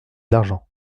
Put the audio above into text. l’argent